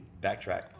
backtrack